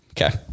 Okay